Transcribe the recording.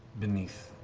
beneath